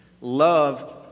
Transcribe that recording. Love